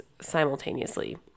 simultaneously